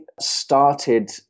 started